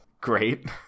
Great